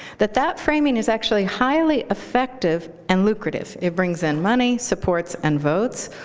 that that framing is actually highly effective and lucrative. it brings in money, supports, and votes,